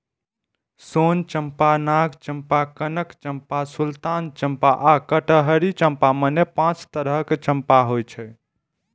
सोन चंपा, नाग चंपा, कनक चंपा, सुल्तान चंपा आ कटहरी चंपा, मने पांच तरहक चंपा होइ छै